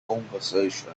conversation